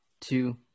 two